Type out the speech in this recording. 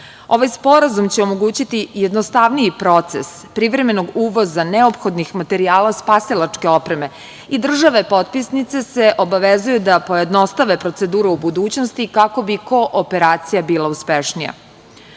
sporazum će omogućiti i jednostavniji proces privremenog uvoza neophodnih materijala spasilačke opreme i države potpisnice se obavezuju da pojednostave proceduru u budućnosti kako bi kooperacija bila uspešnija. Kao